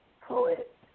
Poet